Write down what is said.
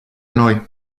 noi